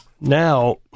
Now